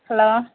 hello